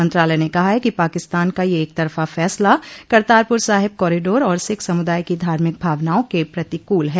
मंत्रालय ने कहा है कि पाकिस्तान का यह एक तरफा फैसला करतारपुर साहिब कॉरीडोर और सिख समुदाय की धार्मिक भावनाओं के प्रतिकूल है